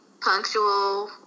punctual